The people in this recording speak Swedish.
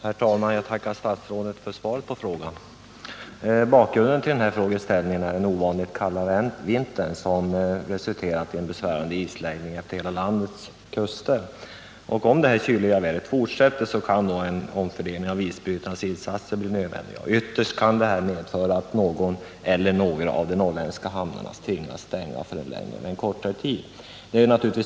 Herr talman! Jag tackar statsrådet för svaret på min fråga. Bakgrunden till frågan är att den ovanligt kalla vintern resulterat i en besvärande isläggning efter hela landets kuster. Om det kyliga vädret fortsätter, kan en omfördelning av isbrytarnas insatser bli nödvändig, och ytterst kan detta medföra att någon eller några av de norrländska hamnarna tvingas stänga för en längre eller kortare tid.